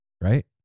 Right